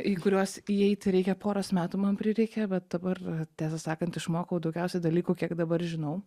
į kuriuos įeiti reikia poros metų man prireikė bet dabar tiesą sakant išmokau daugiausiai dalykų kiek dabar žinau